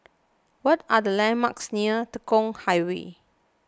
what are the landmarks near Tekong Highway